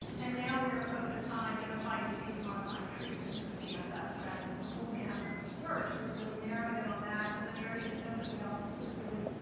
and now we are focused on identifying disease modifying treatment for cfs rather than a whole gamut of research, we've really narrowed it on that as an area that nobody else is really